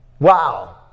wow